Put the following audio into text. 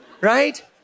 right